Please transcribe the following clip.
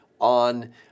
on